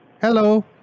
hello